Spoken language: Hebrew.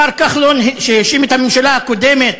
השר כחלון, שהאשים את הממשלה הקודמת